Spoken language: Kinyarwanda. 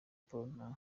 paul